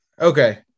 okay